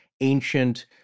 ancient